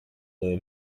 dove